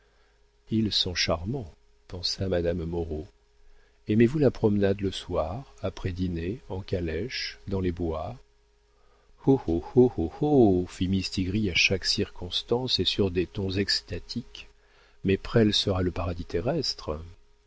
ils sont charmants pensa madame moreau aimez-vous la promenade le soir après dîner en calèche dans les bois oh oh oh oh oh fit mistigris à chaque circonstance et sur des tons extatiques mais presles sera le paradis terrestre